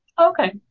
Okay